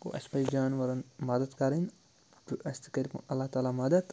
گوٚو اَسہِ پَزِ جانوَرَن مَدَد کَرٕنۍ تہٕ اَسہِ تہِ کَرِ اللہ تعالیٰ مَدد